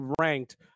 ranked